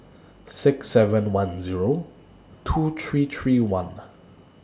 six seven one Zero two three three one